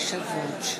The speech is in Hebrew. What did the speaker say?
אדוני יושב-ראש